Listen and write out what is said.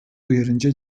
uyarınca